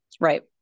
Right